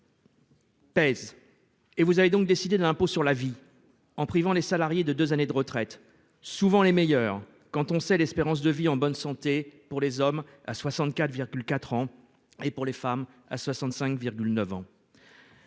PS et vous avez donc décidé de l'impôt sur la vie en privant les salariés de 2 années de retraite souvent les meilleurs quand on sait l'espérance de vie en bonne santé pour les hommes à 64,4 ans et pour les femmes à 65,9 ans.